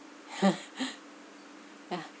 yeah